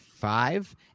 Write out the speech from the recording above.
five